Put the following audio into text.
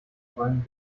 wollen